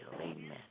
Amen